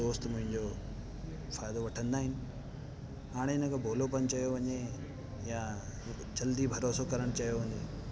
दोस्त मुंहिंजो फ़ाइदो वठंदा आहिनि हाणे हिनखे भोलोपन वञे या जल्दी भरोसो करणु चयो वञे